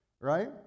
right